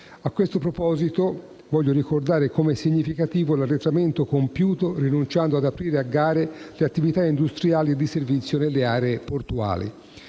A questo proposito voglio ricordare come significativo l'arretramento compiuto rinunciando ad aprire a gare le attività industriali e di servizio nelle aree portuali.